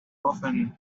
often